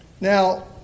Now